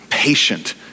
patient